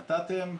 נתתם,